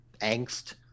angst